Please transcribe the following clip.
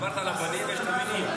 דיברת על הבנים ויש את המינים.